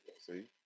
See